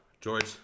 George